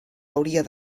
hauria